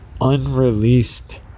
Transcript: unreleased